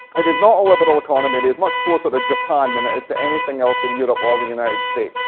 it is not a liberal economy. it is much closer to japan than it is to anything else in europe or the united states.